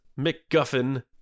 mcguffin